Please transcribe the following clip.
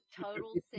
total